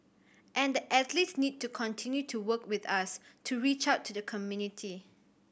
and the athletes need to continue to work with us to reach out to the community